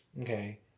Okay